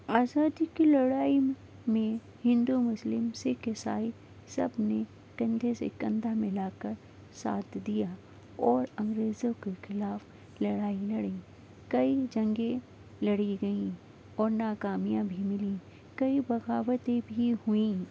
آزادی کی لڑائی میں ہندو مسلم سکھ عیسائی سب نے کندھے سے کندھا ملا کر ساتھ دیا اور انگریزوں کے خلاف لڑائی لڑی کئی جنگیں لڑی گئیں اور ناکامیاں بھی ملیں کئی بغاوتیں بھی ہوئیں